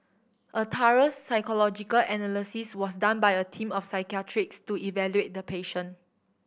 a thorough psychological analysis was done by a team of psychiatrists to evaluate the patient